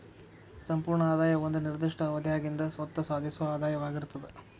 ಸಂಪೂರ್ಣ ಆದಾಯ ಒಂದ ನಿರ್ದಿಷ್ಟ ಅವಧ್ಯಾಗಿಂದ್ ಸ್ವತ್ತ ಸಾಧಿಸೊ ಆದಾಯವಾಗಿರ್ತದ